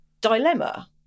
dilemma